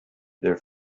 their